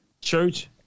church